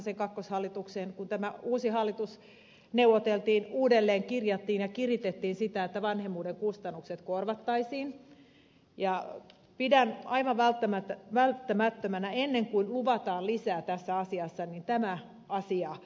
kun tämä uusi hallitus neuvoteltiin uudelleenkirjattiin ja kiritettiin sitä että vanhemmuuden kustannukset korvattaisiin ja pidän aivan välttämättömänä ennen kuin luvataan lisää tässä asiassa että tämä asia hoidetaan